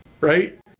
right